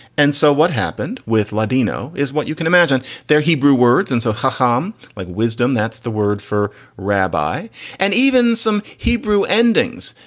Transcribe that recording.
and so what happened with ladino is what you can imagine their hebrew words and so saham like wisdom. that's the word for rabbi and even some hebrew endings.